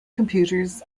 computers